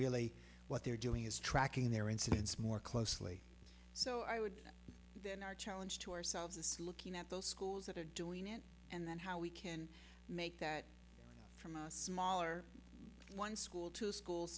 really what they're doing is tracking their incidents more closely so i would then our challenge to ourselves is looking at those schools that are doing it and then how we can make that from a smaller one school to school